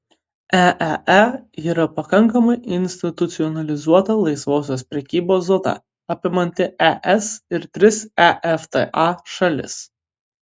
eee yra pakankamai institucionalizuota laisvosios prekybos zona apimanti es ir tris efta šalis